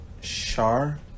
Shar